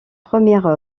premières